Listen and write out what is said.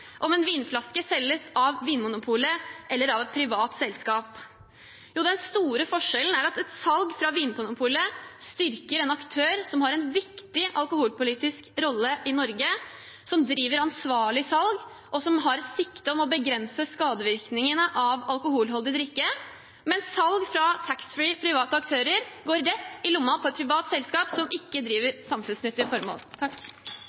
om en vinflaske selges av Vinmonopolet eller av et privat selskap. Den store forskjellen er at salg fra Vinmonopolet styrker en aktør som har en viktig alkoholpolitisk rolle i Norge, som driver ansvarlig salg, og som har et siktemål om å begrense skadevirkningene av alkoholholdig drikke – mens salg fra taxfree, private aktører, går rett i lommen til et privat selskap som ikke